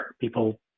People